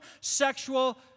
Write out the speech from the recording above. sexual